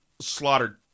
slaughtered